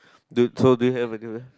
the totally have anywhere